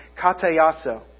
katayaso